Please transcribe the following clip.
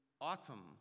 autumn